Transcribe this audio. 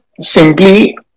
simply